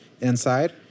inside